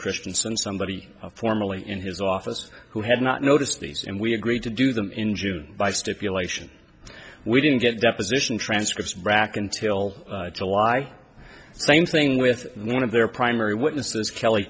christianson somebody formally in his office who had not noticed these and we agreed to do them in june by stipulation we didn't get deposition transcripts back until july same thing with one of their primary witnesses kelly